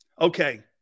Okay